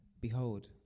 Behold